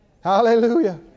Hallelujah